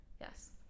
yes